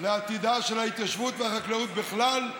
לעתידה של ההתיישבות והחקלאות בכלל,